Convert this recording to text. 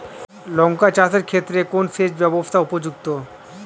লঙ্কা চাষের ক্ষেত্রে কোন সেচব্যবস্থা উপযুক্ত?